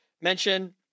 mention